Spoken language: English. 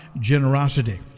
generosity